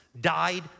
died